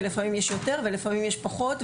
לפעמים יש יותר ולפעמים יש פחות,